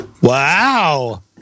Wow